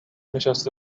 نشسته